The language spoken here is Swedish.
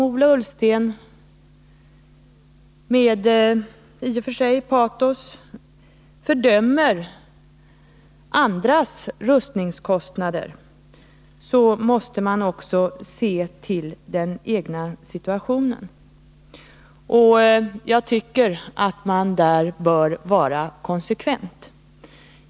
Ola Ullsten fördömer med patos andras rustningar, men då måste man också se till den egna situationen. Jag tycker att man där bör vara konsekvent.